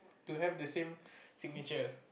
to have the same signature